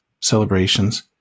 celebrations